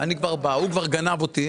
ההוא כבר גנב אותי,